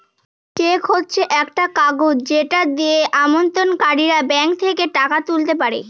check হচ্ছে একটা কাগজ যেটা দিয়ে আমানতকারীরা ব্যাঙ্ক থেকে টাকা তুলতে পারে